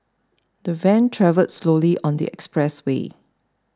the van travelled slowly on the expressway